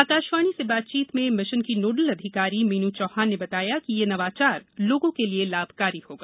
आकाशवाणी से बातचीत में मिशन की नोडल अधिकारी मीनू चौहान ने बताया कि ये नवाचार लोगों के लिए लाभकारी होगा